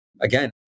Again